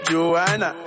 Joanna